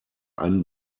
einen